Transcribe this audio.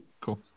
Cool